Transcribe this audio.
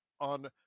on